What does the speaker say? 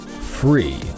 free